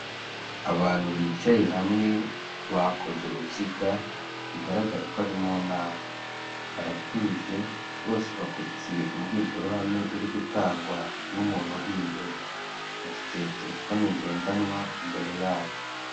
Abantu bicaye hamwe bakoze uruziga, bigaragare ko bari mu nama. Baratuje bose bakurikiye imbwirwaruhame iri gutangwa n'umuntu uri imbere. Bafite terefone ngendanwa imbere yabo.